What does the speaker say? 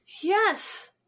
Yes